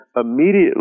immediately